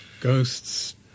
Ghosts